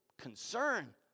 concern